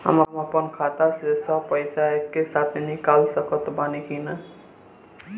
हम आपन खाता से सब पैसा एके साथे निकाल सकत बानी की ना?